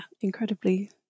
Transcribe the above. incredibly